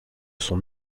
sont